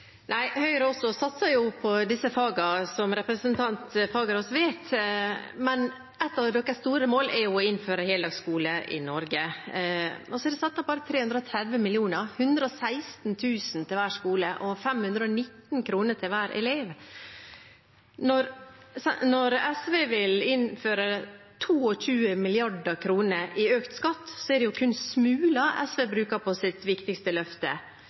Nei, Høyre satser jo også på disse fagene, som representanten Fagerås vet, men et av SVs store mål er jo å innføre heldagsskole i Norge, og så er det satt av bare 330 mill. kr. Det er 116 000 kr til hver skole og 519 kr til hver elev. Når SV vil innføre 22 mrd. kr i økt skatt, er det jo kun smuler SV bruker på sitt viktigste løfte,